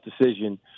decision